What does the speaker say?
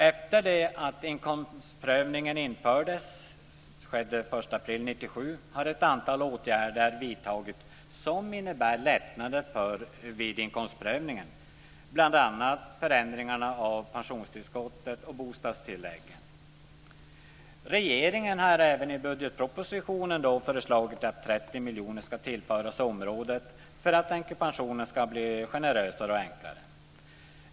Efter det att inkomstprövningen infördes den 1 april 1997 har ett antal åtgärder vidtagits som innebär lättnader vid inkomstprövningen. Det gäller bl.a. förändringarna av pensionstillskottet och bostadstilläggen. Regeringen har även i budgetpropositionen föreslagit att 30 miljoner ska tillföras området för att änkepensionen ska bli generösare och enklare.